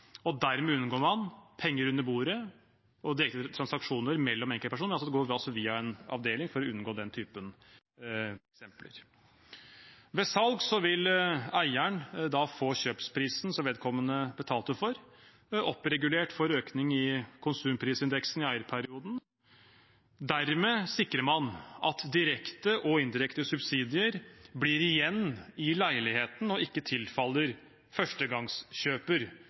Dermed unngår man penger under bordet og de enkelte transaksjoner mellom enkeltpersoner – det vil gå via en avdeling for å unngå den typen eksempler. Ved salg vil eieren få kjøpsprisen som vedkommende betalte for leiligheten, oppregulert for økning i konsumprisindeksen i eierperioden. Dermed sikrer man at direkte og indirekte subsidier blir igjen i leiligheten og ikke tilfaller